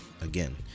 again